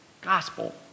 Gospel